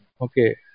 Okay